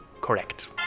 Correct